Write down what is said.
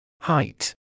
Height